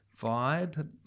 vibe